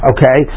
Okay